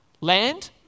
Land